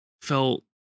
felt